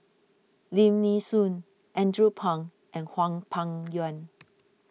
Lim Nee Soon Andrew Phang and Hwang Peng Yuan